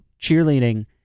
cheerleading